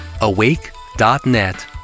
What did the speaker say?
awake.net